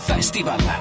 Festival